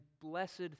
blessed